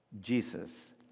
Jesus